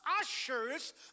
ushers